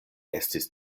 estis